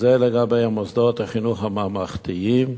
זה לגבי מוסדות החינוך הממלכתיים,